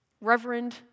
Reverend